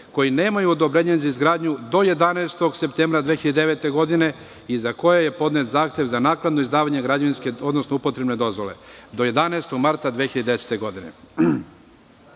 koji nemaju odobrenje za izgradnju do 11. septembra 2009. godine i za koje je podnet zahtev za naknadno izdavanje građevinske odnosno upotrebne dozvole do 11. marta 2010. godine. Takođe,